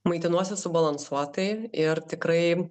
maitinuosi subalansuotai ir tikrai